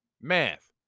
Math